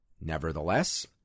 Nevertheless